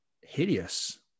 hideous